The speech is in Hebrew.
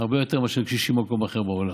הרבה יותר מקשישים במקום אחר בעולם.